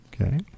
Okay